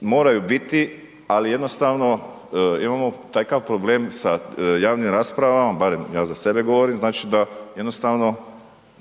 moraju biti, ali jednostavno imamo takav problem sa javnim raspravama, barem ja za sebe govorim, znači, da jednostavno